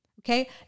Okay